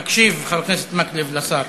תקשיב, חבר הכנסת מקלב, לשר.